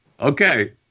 Okay